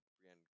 Brienne